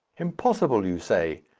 impossible, you say.